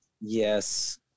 yes